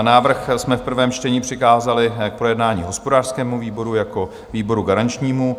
Návrh jsme v prvém čtení přikázali k projednání hospodářskému výboru jako výboru garančnímu.